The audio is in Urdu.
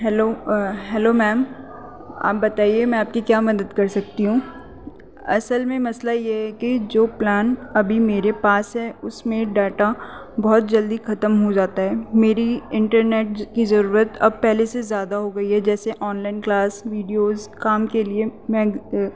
ہیلو ہیلو میم آپ بتائیے میں آپ کی کیا مدد کر سکتی ہوں اصل میں مسئلہ یہ ہے کہ جو پلان ابھی میرے پاس ہے اس میں ڈاٹا بہت جلدی ختم ہو جاتا ہے میری انٹرنیٹ کی ضرورت اب پہلے سے زیادہ ہو گئی ہے جیسے آن لائن کلاس ویڈیوز کام کے لیے میں